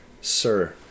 Sir